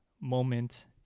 moment